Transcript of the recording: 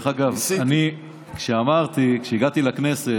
דרך אגב, כשהגעתי לכנסת,